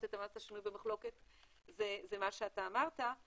את המס השנוי במחלוקת זה מה שאתה אמרת.